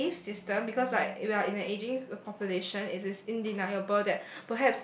leave system because right we are in a ageing population it is indeniable that